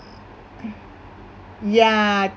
yeah